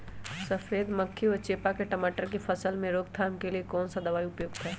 सफेद मक्खी व चेपा की टमाटर की फसल में रोकथाम के लिए कौन सा दवा उपयुक्त है?